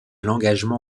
l’engagement